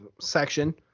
section